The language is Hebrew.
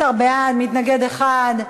17 בעד, מתנגד אחד.